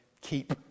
keep